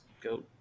go